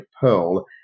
Pearl